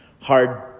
hard